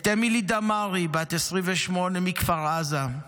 את אמילי דמארי, בת 28, מכפר עזה.